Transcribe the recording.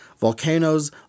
volcanoes